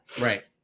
Right